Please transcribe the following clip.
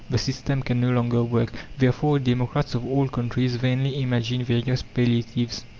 the system can no longer work. therefore democrats of all countries vainly imagine various palliatives.